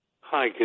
Hi